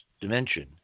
dimension